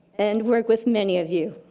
and work with many of you.